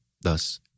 Thus